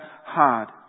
hard